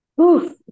oof